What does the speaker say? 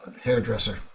hairdresser